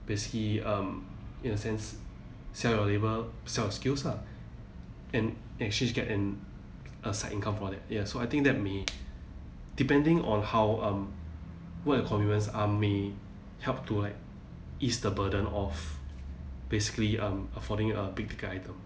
basically um in a sense sell your labour sell your skills lah and actually get an a side income for that ya so I think that may depending on how um what your commitments are may help to like ease the burden of basically um affording a big ticket item